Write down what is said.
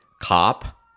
COP